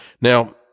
Now